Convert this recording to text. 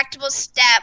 step